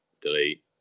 delete